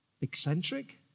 eccentric